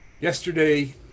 Yesterday